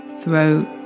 throat